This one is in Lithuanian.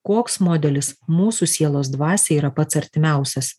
koks modelis mūsų sielos dvasiai yra pats artimiausias